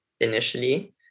initially